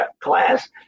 class